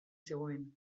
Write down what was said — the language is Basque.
zegoen